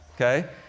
okay